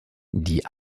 die